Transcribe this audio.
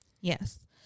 Yes